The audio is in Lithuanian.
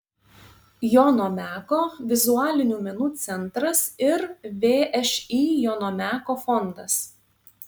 jono meko vizualinių menų centras ir všį jono meko fondas